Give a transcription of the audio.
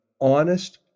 honest